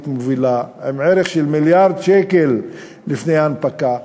מובילה בערך של מיליארד שקל לפני הנפקה.